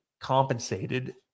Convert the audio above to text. compensated